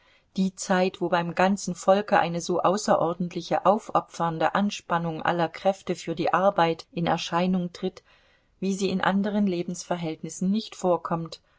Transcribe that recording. die zeit wo beim ganzen volke eine so außerordentliche aufopfernde anspannung aller kräfte für die arbeit in erscheinung tritt wie sie in anderen lebensverhältnissen nicht vorkommt